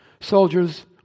Soldiers